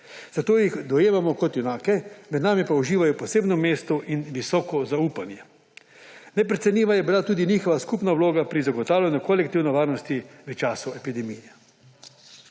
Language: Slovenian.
zato jih dojemamo kot junake, med nami pa uživajo posebno mesto in visoko zaupanje. Neprecenljiva je bila tudi njihova skupna vloga pri zagotavljanju kolektivne varnosti v času epidemije.